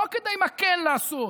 לא מה כן לעשות.